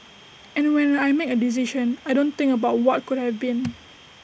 and when I make A decision I don't think about what could have been